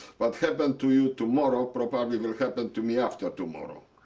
but happen to you tomorrow but probably will happen to me after tomorrow.